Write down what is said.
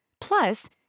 Plus